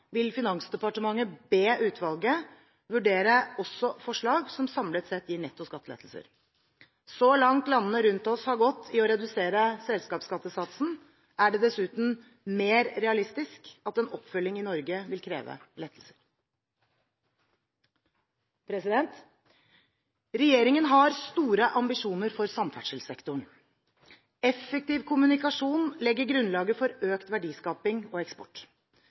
vil Finansdepartementet be utvalget vurdere også forslag som samlet sett gir netto skattelettelser. Så langt landene rundt oss har gått i å redusere selskapsskattesatsen, er det dessuten mer realistisk at en oppfølging i Norge vil kreve lettelser. Regjeringen har store ambisjoner for samferdselssektoren. Effektiv kommunikasjon legger grunnlaget for økt verdiskapning og eksport.